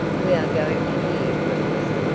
we are going to hear from this,